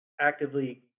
actively